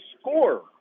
score